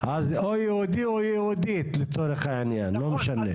אז או יהודי או יהודית לצורך העניין, לא משנה.